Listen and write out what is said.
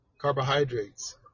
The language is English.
carbohydrates